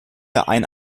ein